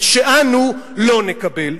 את שאנו לא נקבל".